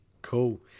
Cool